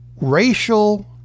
racial